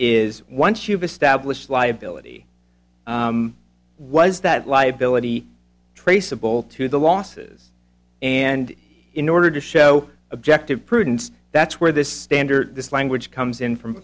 is once you've established liability was that liability traceable to the losses and in order to show objective prudence that's where this standard this language comes in from